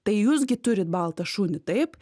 tai jūs gi turit baltą šunį taip